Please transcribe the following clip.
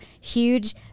huge